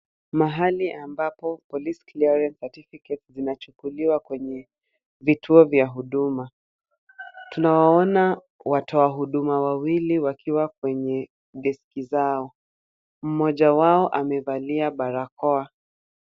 Mahali ambapo police clearance certificates zinachukuliwa kwenye vituo vya huduma. Tunawaona watoa huduma wawili wakiwa kwenye deski zao. Mmoja wao amevalia barakoa.